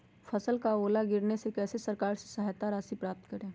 फसल का ओला गिरने से कैसे सरकार से सहायता राशि प्राप्त करें?